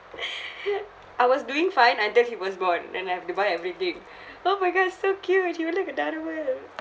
I was doing fine until he was born then I've to buy everything oh my god so cute he will look at the other [one]